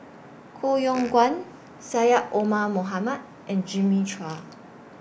Koh Yong Guan Syed Omar Mohamed and Jimmy Chua